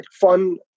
fun